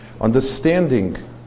understanding